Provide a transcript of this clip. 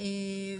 עבדנו עליו.